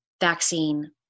vaccine